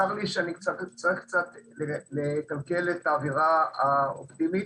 צר לי לקלקל את האווירה האופטימית,